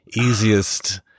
easiest